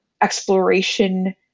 exploration